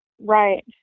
Right